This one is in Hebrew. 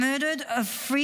murder of three